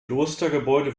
klostergebäude